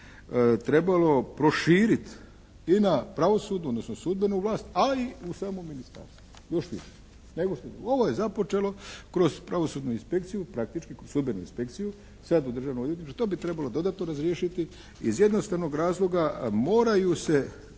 trebalo proširit i na pravosudnu i na sudbenu vlast ali u samom ministarstvu još više. Evo, ovo je započelo kroz pravosudnu inspekciju praktički sudbenu inspekciju sad u Državnom odvjetništvu. To bi trebalo dodatno razriješiti. Iz jednostavnog razloga moraju se